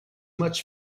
much